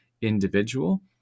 individual